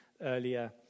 earlier